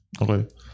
Okay